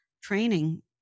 training